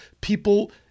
people